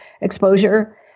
exposure